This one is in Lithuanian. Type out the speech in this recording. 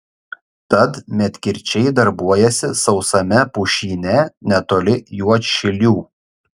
tad medkirčiai darbuojasi sausame pušyne netoli juodšilių